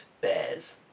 bears